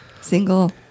single